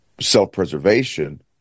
self-preservation